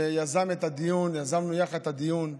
שיזם את הדיון, יזמנו יחד את הדיון,